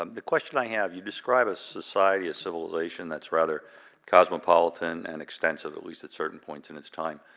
um the question i have, you describe a society, a civilization that's rather cosmopolitan and extensive, at least at certain points in it's time.